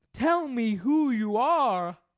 tell me who you are!